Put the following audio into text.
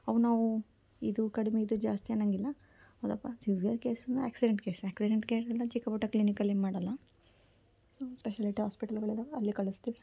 ಅವು ನಾವು ಇದು ಕಡ್ಮೆ ಇದು ಜಾಸ್ತಿ ಅನ್ನೋಂಗಿಲ್ಲ ಹೌದಪ್ಪ ಸಿವ್ಯರ್ ಕೇಸ್ ಅಂದ್ರ್ ಆಕ್ಸಿಡೆಂಟ್ ಕೇಸ್ ಆಕ್ಸಿಡೆಂಟ್ ಕೇಸ್ ಅಂದ್ರೆ ಚಿಕ್ಕ ಪುಟ್ಟ ಕ್ಲಿನಿಕಲ್ಲಿ ಮಾಡೋಲ್ಲ ಸಮ್ ಸ್ಪೆಷಲಿಟಿ ಹಾಸ್ಪೆಟ್ಲ್ಗಳಿದಾವೆ ಅಲ್ಲಿಗೆ ಕಳಿಸ್ತೀವಿ